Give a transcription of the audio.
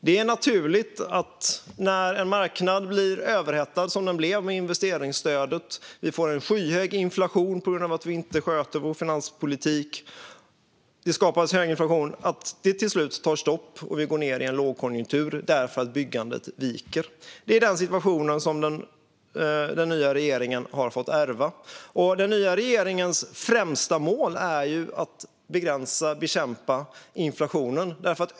Det är naturligt när en marknad blir överhettad, som den blev med investeringsstödet, och vi får en skyhög inflation på grund av att vi inte sköter vår finanspolitik att det till slut tar stopp och vi går in i en lågkonjunktur därför att byggandet viker. Det är den situation som den nya regeringen har fått ärva. Och den nya regeringens främsta mål är att begränsa och bekämpa inflationen.